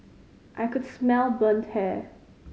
I could smell burnt hair